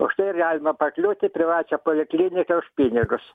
už tai ir galima pakliūti į privačią polikliniką už pinigus